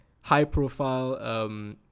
high-profile